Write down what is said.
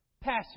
passion